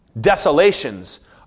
Desolations